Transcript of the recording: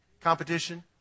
competition